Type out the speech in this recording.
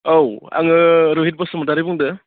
औ आङो रहित बसुमतारि बुंदों